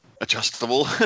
adjustable